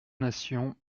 nations